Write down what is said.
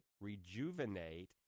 rejuvenate